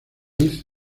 maíz